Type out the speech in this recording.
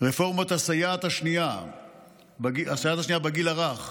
רפורמת הסייעת השנייה בגיל הרך,